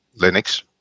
Linux